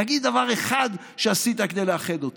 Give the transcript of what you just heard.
תגיד דבר אחד שעשית כדי לאחד אותו.